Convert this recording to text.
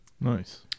Nice